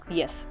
yes